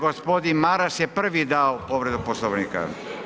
Gospodin Maras je prvi dao povredu Poslovnika.